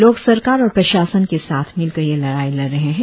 लोग सरकार और प्रशासन के साथ मिलकर यह लड़ाई लड़ रहे हैं